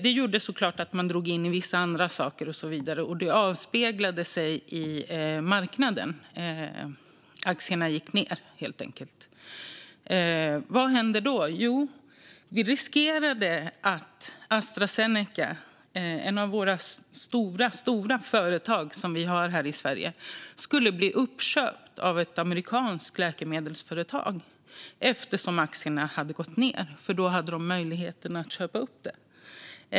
Det gjorde att man drog in vissa läkemedel, och det avspeglade sig i marknaden. Aktierna sjönk i värde, helt enkelt. Vad hände då? Jo, vi riskerade att Astra Zeneca, ett av de stora företag som finns i Sverige, skulle bli uppköpt av ett amerikanskt läkemedelsföretag eftersom aktierna hade sjunkit i värde. Då fanns möjligheten att köpa.